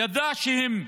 הוא ידע שהם דרוזים,